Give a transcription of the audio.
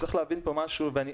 צריך להבין פה משהו ואני